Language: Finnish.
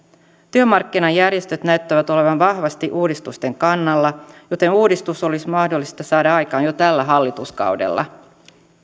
työmarkkinajärjestöt näyttävät olevan vahvasti uudistusten kannalla joten uudistus olisi mahdollista saada aikaan jo tällä hallituskaudella